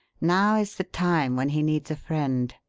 now is the time when he needs a friend.